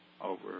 over